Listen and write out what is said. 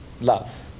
Love